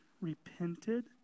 repented